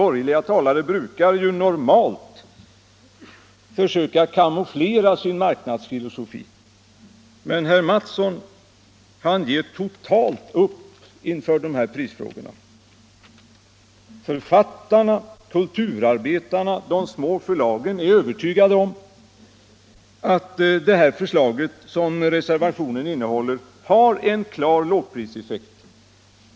Borgerliga talare brukar normalt försöka kamouflera sin marknadsfilosofi, men herr Mattsson ger totalt upp inför prisfrågorna. Författarna, kulturarbetarna och de små förlagen är övertygade om att reservationens förslag har en klar lågprisutvecklingseffekt.